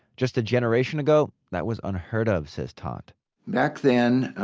just a generation ago that was unheard of, says taunt back then,